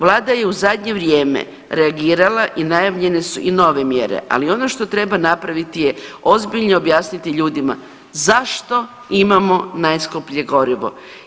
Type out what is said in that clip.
Vlada je u zadnje vrijeme reagirala i najavljene su i nove mjere, ali ono što treba napraviti je ozbiljno objasniti ljudima zašto imamo najskuplje gorivo?